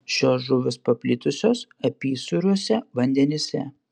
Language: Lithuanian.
šios žuvys paplitusios apysūriuose vandenyse